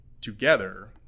together